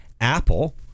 Apple